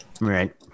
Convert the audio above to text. Right